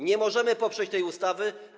Nie możemy poprzeć tej ustawy.